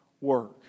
work